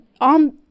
on